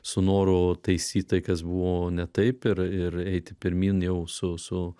su noru taisyt tai kas buvo ne taip ir ir eiti pirmyn jau su su